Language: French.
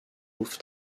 wolf